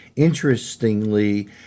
interestingly